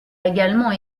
également